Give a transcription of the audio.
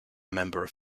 members